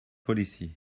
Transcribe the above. policy